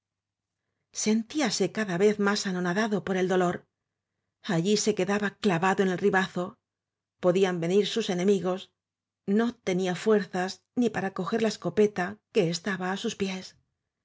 honrado sentíase cada vez más anonadado por el dolor allí se quedaba clavado en el ribazo podían venir sus enemigos no tenía fuerzas ni para'coger la escopeta que estaba á sus pies